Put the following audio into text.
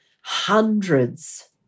hundreds